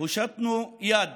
הושטנו יד